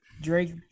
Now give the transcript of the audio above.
Drake